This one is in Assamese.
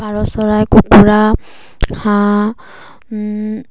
পাৰ চৰাই কুকুৰা হাঁহ